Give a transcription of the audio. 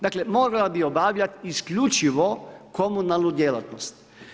Dakle mogla bi obavljat isključivo komunalnu djelatnost.